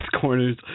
corners